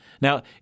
Now